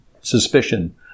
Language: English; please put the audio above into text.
suspicion